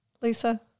Lisa